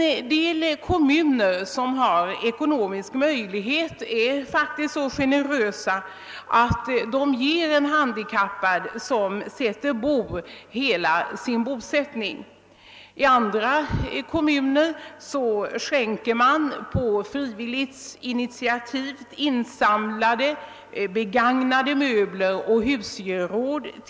Vissa kommuner som har ekonomiska möjligheter är faktiskt så generösa att de ger en handikappad bidrag till hela bosättningen, medan man i andra kommuner skänker på frivilligt initiativ insamlade begagnade möbler och husgeråd.